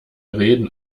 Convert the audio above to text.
reden